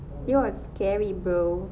it was scary bro